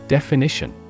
Definition